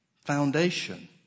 foundation